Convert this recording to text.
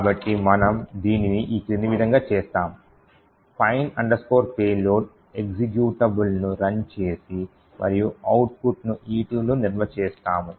కాబట్టి మనము దీనిని ఈ క్రింది విధంగా చేస్తాము find payload ఎక్జిక్యూటబుల్ ను రన్ చేసి మరియు అవుట్ పుట్ను E2 లో నిల్వ చేస్తాము